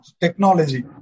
technology